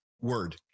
Word